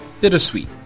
bittersweet